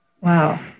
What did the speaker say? wow